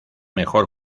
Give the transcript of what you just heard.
mejor